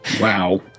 Wow